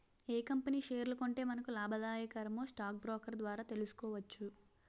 ఏ company షేర్లు కొంటే మనకు లాభాదాయకమో స్టాక్ బ్రోకర్ ద్వారా తెలుసుకోవచ్చు